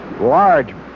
large